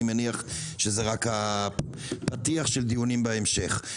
אני מניח שזה רק הפתיח של דיונים בהמשך.